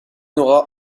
aura